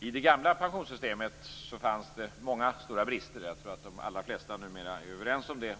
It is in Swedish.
I det gamla pensionssystemet fanns det många stora brister. Jag tror att de allra flesta numera är överens om det.